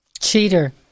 Cheater